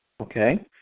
Okay